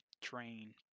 train